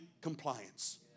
compliance